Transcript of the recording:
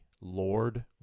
lord